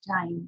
time